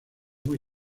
muy